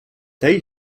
tej